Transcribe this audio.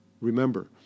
Remember